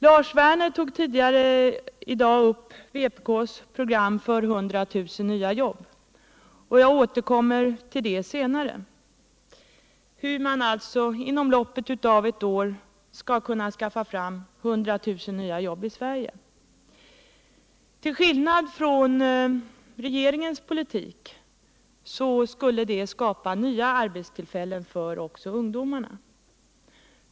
Lars Werner tog tidigare i dag upp vpk:s program för hur man inom loppet av ett år skall kunna skaffa fram 100000 nya jobb i Sverige, och jag återkommer till det senare. Till skillnad från regeringens politik skulle det skapa nya arbetstillfällen också för ungdomarna.